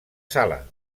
sala